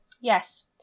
Yes